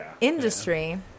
industry